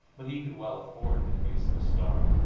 but he could well afford to face the storm.